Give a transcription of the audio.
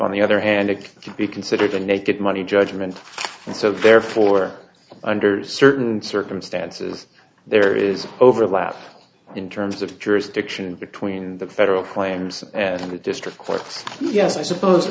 on the other hand it could be considered a naked money judgment and so therefore under certain circumstances there is overlap in terms of jurisdiction between the federal claims and the district courts yes i suppose